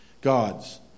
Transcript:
God's